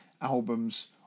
albums